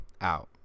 out